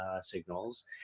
signals